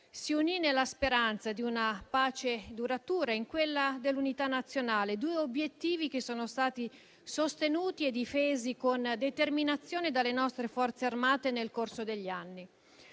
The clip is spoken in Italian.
si unì nella speranza di una pace duratura e in quella dell'Unità nazionale: due obiettivi che sono stati sostenuti e difesi con determinazione dalle nostre Forze armate nel corso degli anni.